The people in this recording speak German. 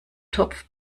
topf